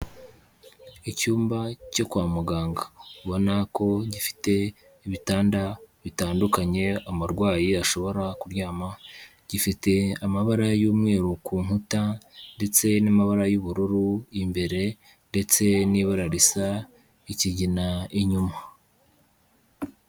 Icyumba cyo kwa muganga, ubona ko gifite ibitanda bitandukanye umurwayi ashobora kuryama, gifite amabara y'umweru ku nkuta ndetse n'amabara y'ubururu imbere ndetse n'ibara risa ikigina inyuma.